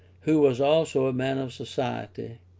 who was also a man of society,